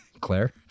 claire